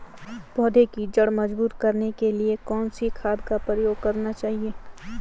पौधें की जड़ मजबूत करने के लिए कौन सी खाद का प्रयोग करना चाहिए?